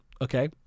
Okay